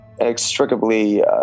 inextricably